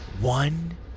One